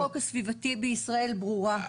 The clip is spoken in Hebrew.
השפעת החוק הסביבתי בישראל ברורה,